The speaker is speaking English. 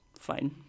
Fine